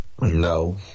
No